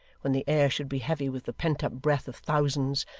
when the air should be heavy with the pent-up breath of thousands,